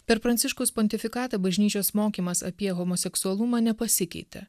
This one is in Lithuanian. per pranciškaus pontifikatą bažnyčios mokymas apie homoseksualumą nepasikeitė